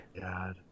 God